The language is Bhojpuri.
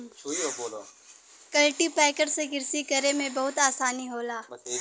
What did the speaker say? कल्टीपैकर से कृषि करे में बहुते आसानी होला